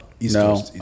no